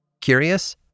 Curious